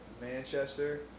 Manchester